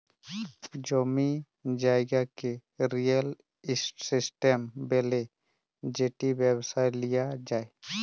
জমি জায়গাকে real estate ব্যলে যেট ব্যবসায় লিয়া যায়